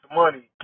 money